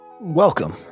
Welcome